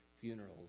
funerals